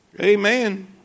Amen